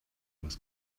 was